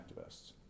activists